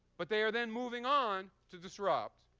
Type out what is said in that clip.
but they are then moving on to disrupt,